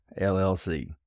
LLC